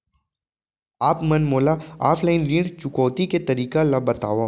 आप मन मोला ऑफलाइन ऋण चुकौती के तरीका ल बतावव?